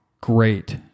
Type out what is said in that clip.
great